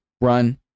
run